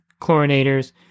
chlorinators